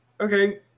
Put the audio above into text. Okay